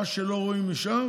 מה שלא רואים משם